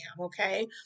okay